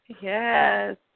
Yes